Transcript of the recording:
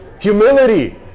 Humility